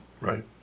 Right